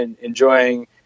enjoying